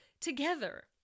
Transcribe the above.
together